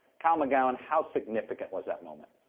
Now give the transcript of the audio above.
kyle mcgowen, how significant was that moment?